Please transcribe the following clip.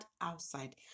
outside